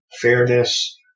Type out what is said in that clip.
fairness